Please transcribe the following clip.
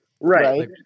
Right